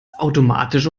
automatisch